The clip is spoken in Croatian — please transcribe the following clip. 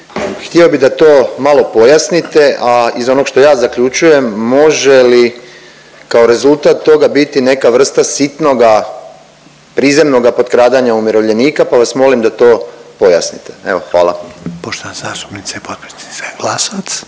Htio bi da to malo pojasnite, a iz onog što ja zaključujem može li kao rezultat toga biti neka vrsta sitnoga prizemnoga potkradanja umirovljenika, pa vas molim da to pojasnite, evo hvala.